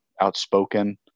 outspoken